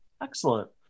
Excellent